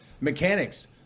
mechanics